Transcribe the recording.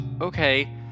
okay